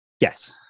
Yes